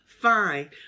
fine